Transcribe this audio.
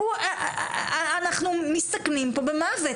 אנחנו מסתכנים פה במוות,